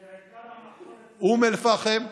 בעיקר המחסור, אום אל-פחם,